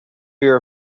fear